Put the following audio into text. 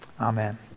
Amen